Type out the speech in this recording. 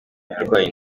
yarwaye